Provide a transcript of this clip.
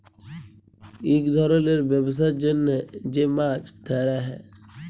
ইক ধরলের ব্যবসার জ্যনহ যে মাছ ধ্যরা হ্যয়